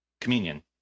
communion